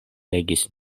legis